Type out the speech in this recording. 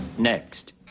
Next